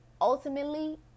Ultimately